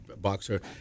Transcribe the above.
boxer